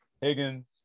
Higgins